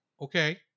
Okay